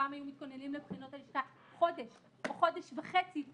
פעם היו מתכוננים לבחינות הלשכה חודש או חודש וחצי.